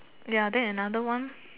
ya then another one